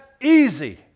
easy